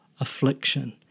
affliction